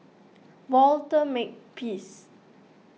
Walter Makepeace